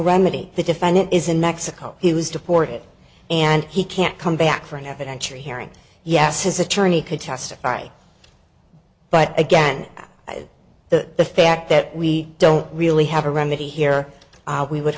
remedy the defendant is in mexico he was deported and he can't come back for an evidentiary hearing yes his attorney could testify but again the the fact that we don't really have a remedy here we would